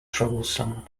troublesome